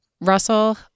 Russell